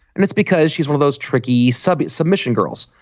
and it's because she's one of those tricky subject submission girls.